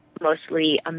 mostly